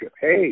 Hey